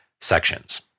sections